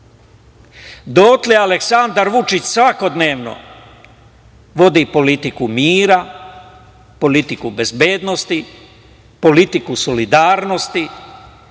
dotle Aleksandar Vučić svakodnevno vodi politiku mira, politiku bezbednosti, politiku solidarnosti,